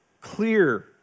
clear